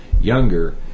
younger